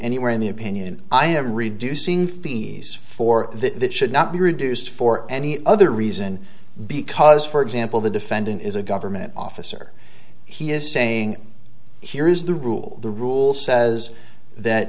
anywhere in the opinion i am reducing fees for this should not be reduced for any other reason because for example the defendant is a government officer he is saying here is the rule the rule says that